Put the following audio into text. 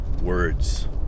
words